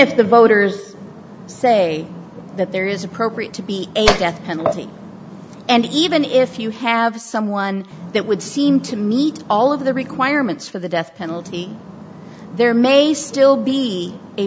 if the voters say that there is appropriate to be a death penalty and even if you have someone that would seem to meet all of the requirements for the death penalty there may still be a